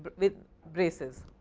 but with blazers.